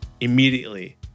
immediately